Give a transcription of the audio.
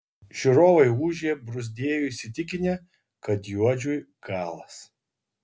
žiūrovai ūžė bruzdėjo įsitikinę kad juodžiui galas